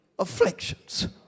afflictions